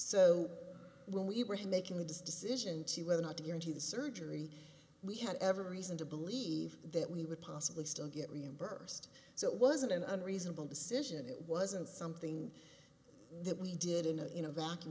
so when we were making the decision to whether or not to go into the surgery we had every reason to believe that we would possibly still get reimbursed so it wasn't an unreasonable decision it wasn't something that we did in a in a vacuum